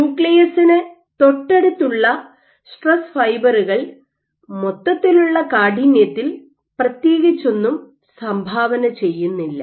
ന്യൂക്ലിയസിന് തൊട്ടടുത്തുള്ള സ്ട്രെസ് ഫൈബറുകൾ മൊത്തത്തിലുള്ള കാഠിന്യത്തിൽ പ്രത്യേകിച്ചൊന്നും സംഭാവന ചെയ്യുന്നില്ല